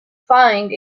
find